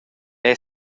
era